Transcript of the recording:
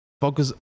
focus